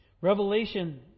Revelation